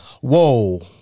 Whoa